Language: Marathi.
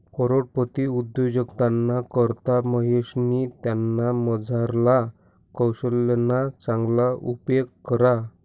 करोडपती उद्योजकताना करता महेशनी त्यानामझारला कोशल्यना चांगला उपेग करा